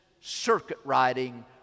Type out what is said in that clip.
circuit-riding